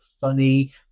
funny